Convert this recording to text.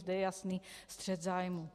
Zde je jasný střet zájmů.